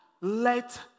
let